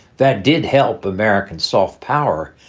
that did help american soft power.